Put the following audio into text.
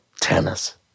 tennis